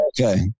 Okay